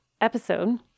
episode